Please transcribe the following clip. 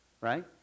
Right